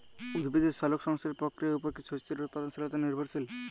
উদ্ভিদের সালোক সংশ্লেষ প্রক্রিয়ার উপর কী শস্যের উৎপাদনশীলতা নির্ভরশীল?